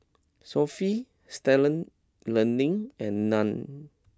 Sofy Stalford Learning and Nan